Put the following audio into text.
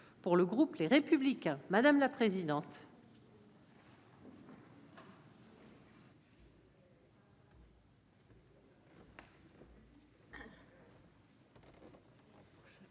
pour le groupe Les Républicains, madame la présidente.